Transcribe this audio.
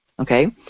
Okay